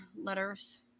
letters